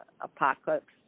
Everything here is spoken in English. apocalypse